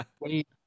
wait